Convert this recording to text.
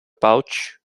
pouch